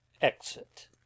EXIT